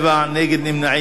נגד, אין, נמנעים אין.